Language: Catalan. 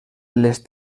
les